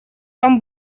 там